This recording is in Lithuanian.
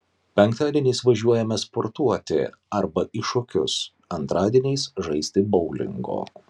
penktadieniais važiuojame sportuoti arba į šokius antradieniais žaisti boulingo